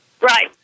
right